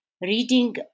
reading